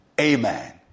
amen